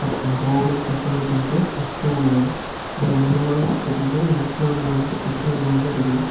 அப்புறோம் Rome and கத்தோலிக்கின்ற கிறிஸ்துவ மதம் அப்புறோம் மூணாவதாக பார்த்துட்டிங்கனா இஸ்லாம் மதம் இஸ்லாம் மதம் தான் இருக்குது